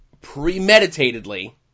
premeditatedly